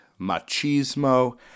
machismo